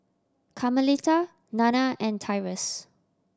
Carmelita Nanna and Tyrus